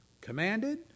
commanded